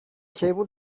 cable